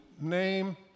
name